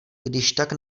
kdyžtak